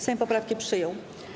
Sejm poprawki przyjął.